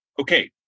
okay